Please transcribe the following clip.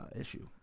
issue